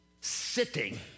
sitting